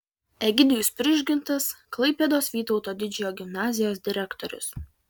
egidijus prižgintas klaipėdos vytauto didžiojo gimnazijos direktorius